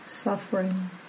Suffering